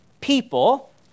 People